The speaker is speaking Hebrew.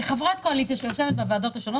כחברת קואליציה שיושבת בוועדות השונות,